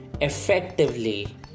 effectively